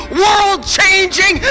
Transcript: world-changing